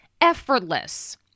effortless